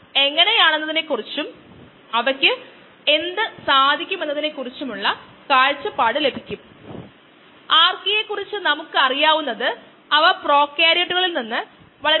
നമുക്ക് എല്ലായ്പ്പോഴും മതിയായ സബ്സ്ട്രേറ്റ് ഉണ്ടെന്ന് നമ്മൾ ഊഹിച്ചു അതിനാൽ നിർദ്ദിഷ്ട വളർച്ചാ നിരക്കിനായി നമ്മൾ എല്ലായ്പ്പോഴും mu m ഇൽ ആയിരുന്നു